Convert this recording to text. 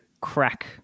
crack